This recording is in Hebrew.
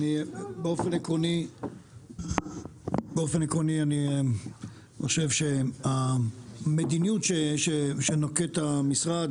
אני באופן עקרוני אני חושב שהמדיניות שנוקט המשרד,